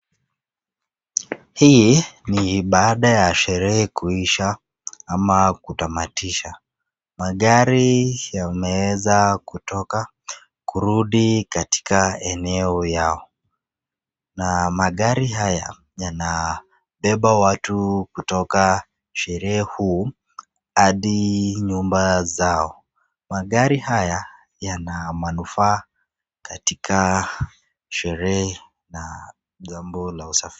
Hii ni baada ya sherehe kuisha ama kutamatisha, magari yameeza kutoka kurudi katika maeneo yao na magari haya yanabeba watu kutoka sherehe huu hadi nyumba zao, magari haya yana manufaa katika sherehe na jambo la usafiri.